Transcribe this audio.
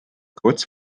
kurz